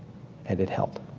and it held.